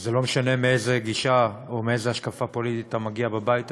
וזה לא משנה מאיזו גישה או מאיזו השקפה פוליטית אתה מגיע בבית הזה.